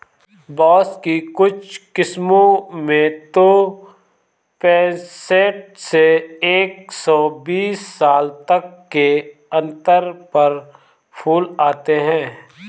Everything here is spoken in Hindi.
बाँस की कुछ किस्मों में तो पैंसठ से एक सौ बीस साल तक के अंतर पर फूल आते हैं